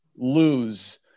lose